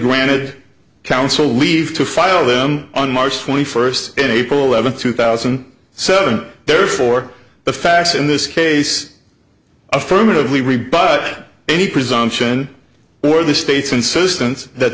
granted counsel leave to file them on march twenty first and april eleventh two thousand and seven therefore the facts in this case affirmatively rebut any presumption or the state's insistence that